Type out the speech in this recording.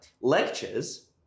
Lectures